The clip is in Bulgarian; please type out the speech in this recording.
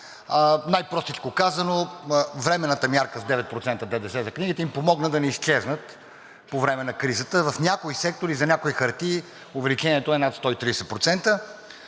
Най-простичко казано, временната мярка с 9% ДДС за книгите им помогна да не изчезнат по време на кризата. В някои сектори, за някои хартии, увеличението е над 130%.